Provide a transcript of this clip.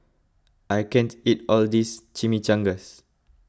I can't eat all this Chimichangas